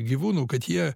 gyvūnų kad jie